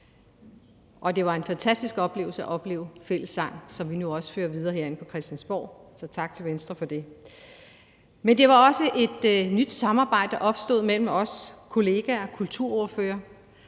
det var en fantastisk oplevelse at opleve fællessang, som vi nu også fører videre herinde på Christiansborg, så tak til Venstre for det. Men det var også et nyt samarbejde, der opstod mellem os kolleger og kulturordførere,